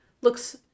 looks